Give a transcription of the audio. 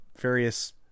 various